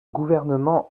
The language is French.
gouvernement